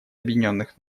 объединенных